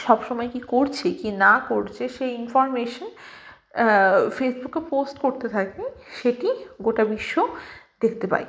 সব সময় কী করছি কী না করছি সেই ইনফরমেশেন ফেসবুকে পোস্ট করতে থাকে সেটি গোটা বিশ্ব দেখতে পাই